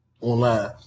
online